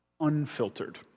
unfiltered